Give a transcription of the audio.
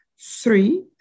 Three